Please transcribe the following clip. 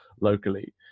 locally